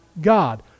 God